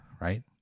right